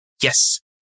Yes